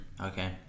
Okay